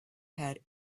had